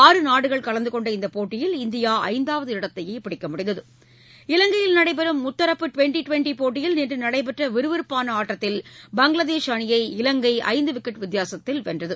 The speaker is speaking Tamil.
ஆறுநாடுகள் கலந்து கொண்ட இந்தப் போட்டியில் இந்தியா ஐந்தாவது இடத்தையே பிடிக்க முடிந்தது இலங்கையில் நடைபெறும் முத்தரப்பு ட்வெண்ட்டி ட்வெண்ட்டி கிரிக்கெட் போட்டியில் நேற்று நடைபெற்ற விறுவிறுப்பாள ஆட்டத்தில் பங்களாதேஷ் அணி இலங்கையை ஐந்து விக்கெட் வித்தியாசத்தில் வென்றது